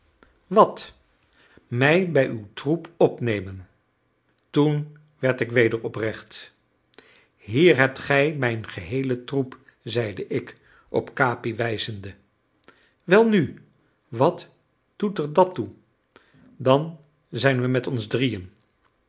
wàt mij bij uw troep opnemen toen werd ik weder oprecht hier hebt gij mijn heelen troep zeide ik op capi wijzende welnu wat doet er dat toe dan zijn we met ons drieën